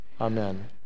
Amen